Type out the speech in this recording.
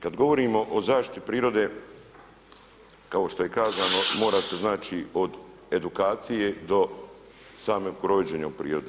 Kada govorimo o zaštiti prirode, kao što je kazano mora se znači od edukacije do samog provođenja u prirodi.